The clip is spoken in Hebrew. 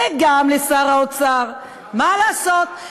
וגם לשר האוצר, מה לעשות.